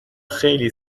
خیلی